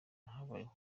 habayeho